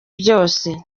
byose